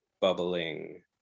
bubbling